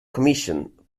commission